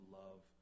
love